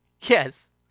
Yes